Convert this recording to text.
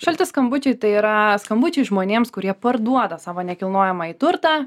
šalti skambučiai tai yra skambučiai žmonėms kurie parduoda savo nekilnojamąjį turtą